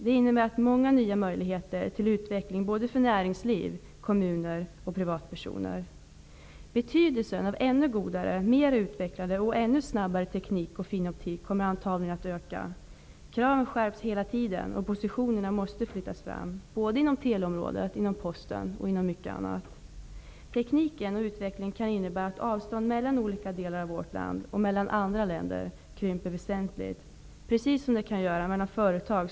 Det innebär många nya möjligheter till utveckling för näringsliv, kommuner och privatpersoner. Betydelsen av ännu godare, mer utvecklad och ännu snabbare teknik och finoptik kommer antagligen att öka. Kraven skärps hela tiden, och positionerna måste flyttas fram inom teleområdet, posten och många andra områden. Tekniken och utvecklingen kan innebära att avståndet mellan olika delar av vårt land och mellan andra länder krymper väsentligt, precis som det kan göra mellan företag.